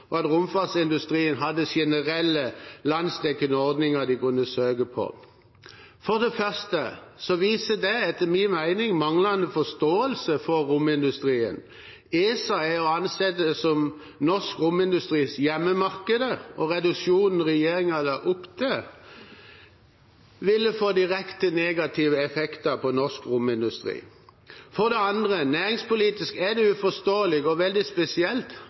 og at romfartsindustrien hadde generelle landsdekkende ordninger de kunne søke på. For det første viser det, etter min mening, manglende forståelse for romindustrien. ESA er å anse som norsk romindustris «hjemmemarked», og reduksjonen som regjeringen la opp til, ville hatt direkte negativ effekt på norsk romindustri. For det andre er det næringspolitisk uforståelig og veldig spesielt